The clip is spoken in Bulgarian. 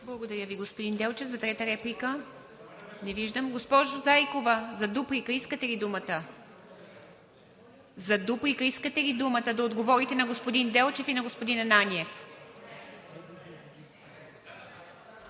Благодаря Ви, господин Делчев. За трета реплика? Не виждам. Госпожо Зайкова, искате ли думата за дуплика – да отговорите на господин Делчев и на господин Ананиев?